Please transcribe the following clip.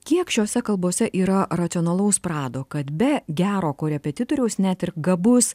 kiek šiose kalbose yra racionalaus prado kad be gero korepetitoriaus net ir gabus